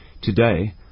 today